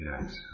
Yes